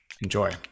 enjoy